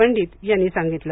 पंडित यांनी सांगितलं